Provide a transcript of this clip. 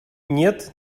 нет